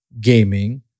gaming